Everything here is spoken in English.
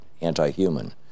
anti-human